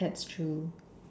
that's true